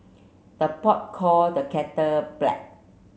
the pot call the kettle black